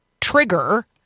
trigger